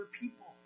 people